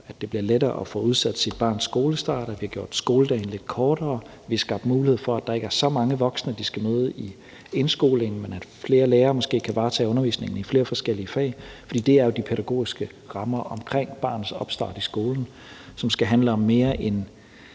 at det bliver lettere at få udsat sit barns skolestart, at vi har gjort skoledagen lidt kortere, at vi har skabt mulighed for, at der ikke er så mange voksne, de skal møde i indskolingen, men at flere lærere måske kan varetage undervisningen i flere forskellige fag. For det er jo de pædagogiske rammer om barnets opstart i skolen, som skal handle om mere end